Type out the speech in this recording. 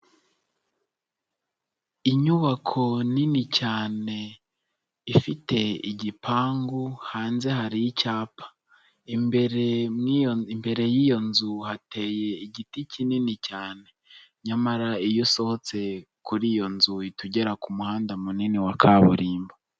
Inyubako nini cyane ifite igipangu hanze hari icyapa, imbere imbere y'iyo nzu hateye igiti kinini cyane nyamara iyo usohotse kuri iyo nzu uhita ugera ku muhanda munini wa kaburimbo.